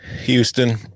Houston